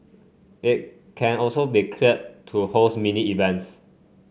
it can also be cleared to host mini events